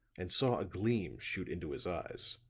and saw a gleam shoot into his eyes.